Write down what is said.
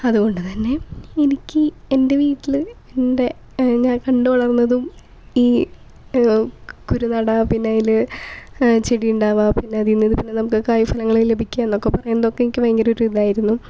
അതുകൊണ്ടുതന്നെ എനിക്ക് എൻ്റെ വീട്ടില് എൻ്റെ ഞാൻ കണ്ടുവളർന്നതും ഈ കുരുനട പിന്നെ അതിൽ ചെടി ഉണ്ടാവുക പിന്നെ അതിനു നമുക്ക് കായ്ഫലങ്ങൾ ലഭിക്കുക എന്നൊക്കെ പറയുന്നതൊക്കെ എനിക്ക് ഭയങ്കര ഒരു ഇതായിരുന്നു